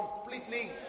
completely